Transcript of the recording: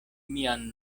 mian